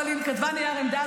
אבל היא כתבה נייר עמדה,